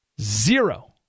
Zero